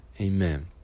Amen